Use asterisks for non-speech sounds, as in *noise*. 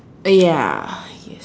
uh ya *breath* yes